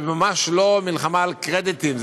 זו ממש לא מלחמה על קרדיטים.